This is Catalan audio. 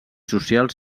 socials